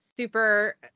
Super